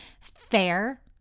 fair